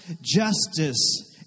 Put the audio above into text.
justice